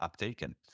uptaken